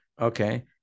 okay